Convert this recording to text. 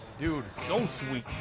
dude, so sweet.